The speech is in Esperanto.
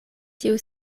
tiu